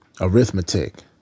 arithmetic